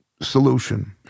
solution